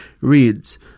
reads